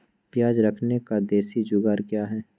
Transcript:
प्याज रखने का देसी जुगाड़ क्या है?